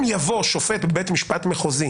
אם יבוא שופט בבית משפט מחוזי